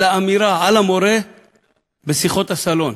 לאמירה על המורה בשיחות הסלון.